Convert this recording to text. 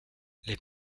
les